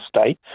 state